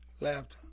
Laptop